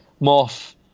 Morph